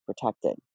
protected